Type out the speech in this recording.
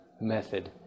method